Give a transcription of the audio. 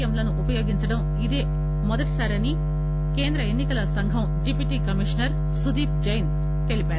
ఎమ్ లను ఉపయోగించడం ఇదే మొదటిసారి అని కేంద్ర ఎన్ని కల సంఘం డిప్యూటి కమిషనర్ సుదీప్ జైన్ తెలిపారు